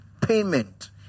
payment